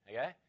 okay